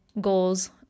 goals